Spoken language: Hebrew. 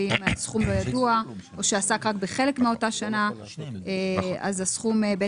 ואם הסכום לא ידוע או שעסק רק בחלק מאותה שנה אז הסכום יכול